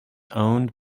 owned